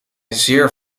zeer